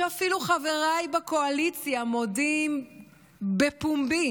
שאפילו חבריי בקואליציה מודים בפומבי